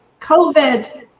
covid